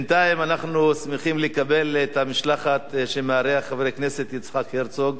בינתיים אנחנו שמחים לקבל את המשלחת שמארח חבר הכנסת יצחק הרצוג.